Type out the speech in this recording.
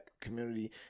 community